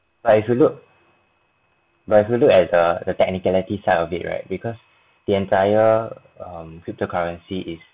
but if you look but if you look at the the technicality side of it right because the entire um cryptocurrency is